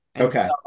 Okay